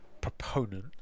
proponent